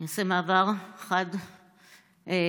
אני אעשה מעבר חד לדבריי.